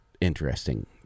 interesting